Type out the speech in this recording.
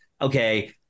okay